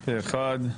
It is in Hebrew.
פה אחד.